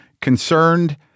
concerned